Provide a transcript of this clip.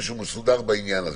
ושהוא מסודר בעניין.